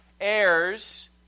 heirs